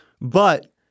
But-